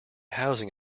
housing